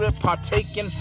partaking